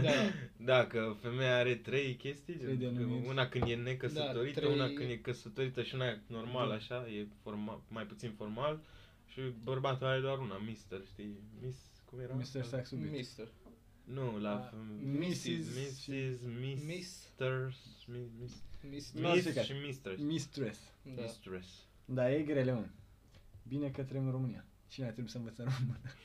Da. Dacă femeia are trei chestii, Trei gen, denumiri. una când e necăsătorită, Da, una trei- când e căsătorită și una normal, Da. așa, e forma- mai puțin formal, și bărbatul are doar una, Mister, știi, Miss, cum era? Mister Saxby. Mister. Nu, la Da. femeie- Mrs. Mrs., și- Mrs., Miss. Mister, Mi- Mis- Miss. Nu, Miss stricat. și Mist- Mist- Mistress. Da. Mistress. Da, e grele, mă. Bine că trăim în România. Cine a trebuit să învețe română?